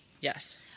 Yes